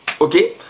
Okay